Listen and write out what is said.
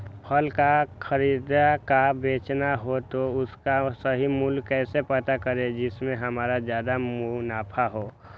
फल का खरीद का बेचना हो तो उसका सही मूल्य कैसे पता करें जिससे हमारा ज्याद मुनाफा हो?